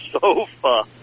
sofa